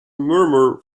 murmur